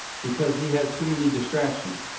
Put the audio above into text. because he has too many distractions.